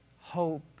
hope